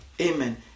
Amen